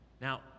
Now